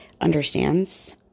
understands